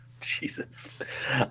Jesus